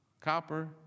copper